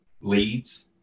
leads